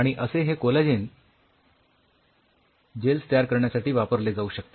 आणि असे हे कोलॅजिन जेल्स तयार करण्यासाठी वापरले जाऊ शकते